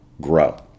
grow